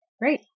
great